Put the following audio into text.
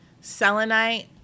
selenite